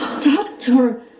Doctor